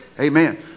amen